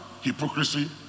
hypocrisy